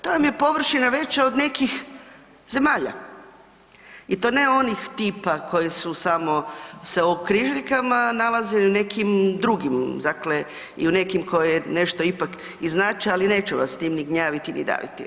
To vam je površina veća od nekih zemalja i to ne onih, tipa koje su samo se u križaljkama nalazili, nekim drugih dakle i u nekim koje nešto ipak i znače, ali neću vas s tim ni gnjaviti ni daviti.